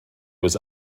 was